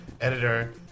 editor